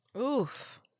Oof